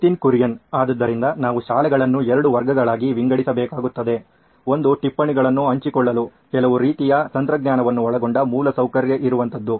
ನಿತಿನ್ ಕುರಿಯನ್ ಆದ್ದರಿಂದ ನಾವು ಶಾಲೆಗಳನ್ನು ಎರಡು ವರ್ಗಗಳಾಗಿ ವಿಂಗಡಿಸಬೇಕಾಗುತ್ತದೆ ಒಂದು ಟಿಪ್ಪಣಿಗಳನ್ನು ಹಂಚಿಕೊಳ್ಳಲು ಕೆಲವು ರೀತಿಯ ತಂತ್ರಜ್ಞಾನವನ್ನು ಒಳಗೊಂಡ ಮೂಲ ಸೌಕರ್ಯ ಇರುವಂತದ್ದು